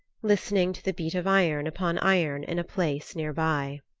listening to the beat of iron upon iron in a place near by.